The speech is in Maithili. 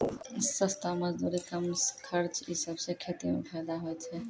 सस्ता मजदूरी, कम खर्च ई सबसें खेती म फैदा होय छै